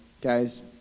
guys